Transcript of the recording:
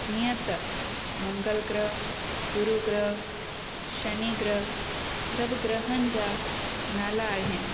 जीअं त मंगलु ग्रह गुरू ग्रह शनि ग्रह सभु ग्रहनि जा नाला आहिनि